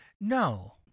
no